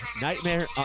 nightmare